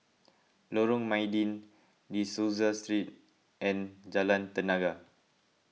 Lorong Mydin De Souza Street and Jalan Tenaga